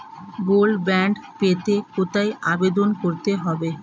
Gold bond পেতে কোথায় আবেদন করতে হবে?